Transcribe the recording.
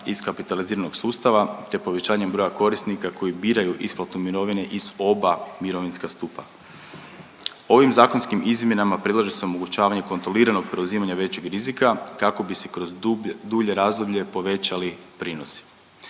iz kapitaliziranog sustava te povećanjem broja korisnika koji biraju isplatu mirovine iz oba mirovinska stupa. Ovim zakonskim izmjenama predlaže se omogućavanje kontroliranog preuzimanja većeg rizika kako bi se kroz dulje razdoblje povećali prinosi.